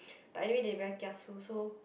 but anyway they very kiasu so